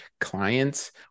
clients